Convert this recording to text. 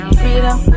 freedom